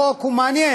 החוק הוא מעניין,